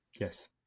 Yes